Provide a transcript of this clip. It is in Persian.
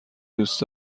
دوست